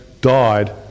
died